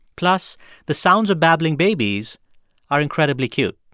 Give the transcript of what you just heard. plus the sounds of babbling babies are incredibly cute.